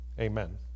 amen